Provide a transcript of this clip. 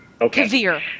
Kavir